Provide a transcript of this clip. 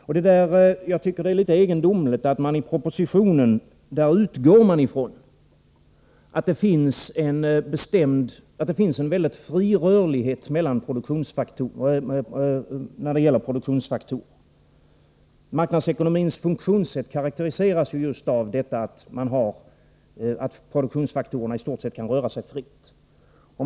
Jag tycker att det är litet egendomligt att man i propositionen utgår ifrån att det finns en mycket fri rörlighet när det gäller produktionsfaktorerna. Marknadsekonomins funktionssätt karakteriseras ju just av att produktionsfaktorerna i stort sett kan röra sig fritt.